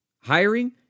Hiring